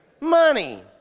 Money